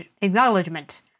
acknowledgement